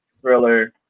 thriller